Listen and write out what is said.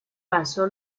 pasó